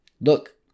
Look